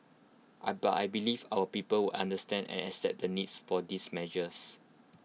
I but I believe our people will understand and accept the needs for these measures